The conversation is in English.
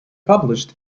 published